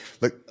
look